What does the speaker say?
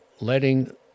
letting